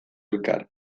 elkar